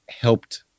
helped